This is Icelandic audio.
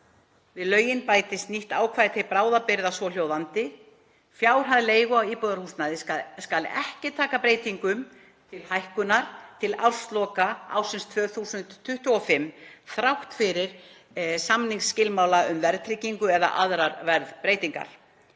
Við lögin bætist nýtt ákvæði til bráðabirgða, svohljóðandi: Fjárhæð leigu á íbúðarhúsnæði skal ekki taka breytingum til hækkunar til ársloka 2025, þrátt fyrir samningsskilmála um verðtryggingu eða aðrar verðbreytingar.